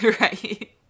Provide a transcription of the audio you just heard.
Right